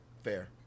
fair